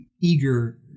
eager